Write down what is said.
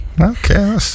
Okay